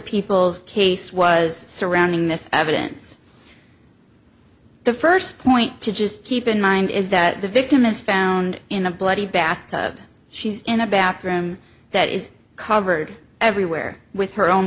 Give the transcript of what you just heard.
people's case was surrounding this evidence the first point to just keep in mind is that the victim is found in a bloody bathtub she's in a bathroom that is covered everywhere with her own